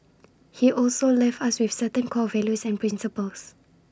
he also left us with certain core values and principles